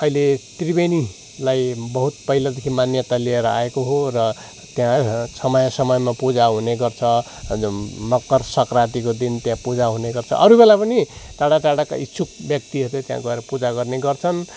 अहिले त्रिवेणीलाई बहुत पहिलादेखि मान्यता ल्याएर आएको हो र त्यहाँ समय समयमा पूजा हुने गर्छ मकर संक्रान्तिको दिन त्यहाँ पूजा हुने गर्छ अरूबेला पनि टाढा टाढाका इच्छुक व्यक्तिहरूले त्यहाँ गएर पूजा गर्ने गर्छन्